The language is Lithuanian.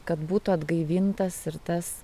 kad būtų atgaivintas ir tas